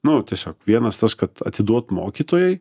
nu tiesiog vienas tas kad atiduot mokytojai